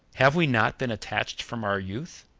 have we not been attached from our youth?